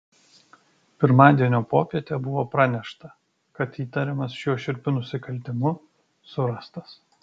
pirmadienio popietę buvo pranešta kad įtariamas šiuo šiurpiu nusikaltimu surastas